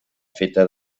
feta